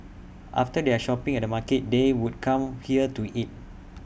after their shopping at the market they would come here to eat